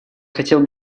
хотел